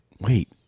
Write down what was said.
Wait